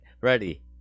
Ready